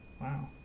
wow